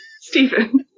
Stephen